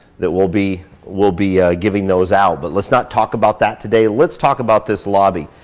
that we'll be we'll be giving those out but let's not talk about that today. let's talk about this lobby.